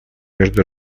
между